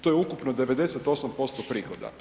To je ukupno 98% prihoda.